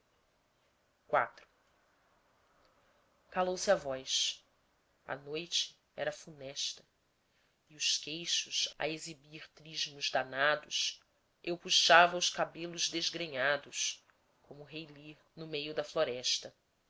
amargo calou-se a voz a noite era funesta e os queixos a exibir trismos danados eu puxava os cabelos desgrenhados como o rei lear no meio da floresta